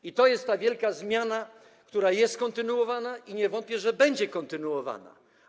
I to jest ta wielka zmiana, która jest kontynuowana i nie wątpię, że będzie kontynuowana.